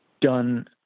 done